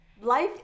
life